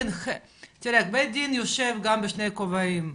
בית הדין יושב בשני כובעים,